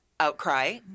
Outcry